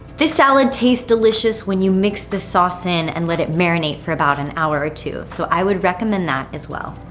this salad tastes delicious when you mix the sauce in and let it marinate for about an hour or two, so i would recommend that as well.